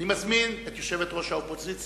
אני מזמין את יושבת-ראש האופוזיציה,